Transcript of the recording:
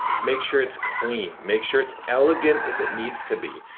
make sure it's clean, make sure it's elegant if it needs to be.